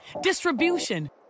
distribution